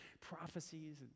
prophecies